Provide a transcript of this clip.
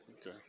Okay